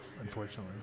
unfortunately